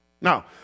Now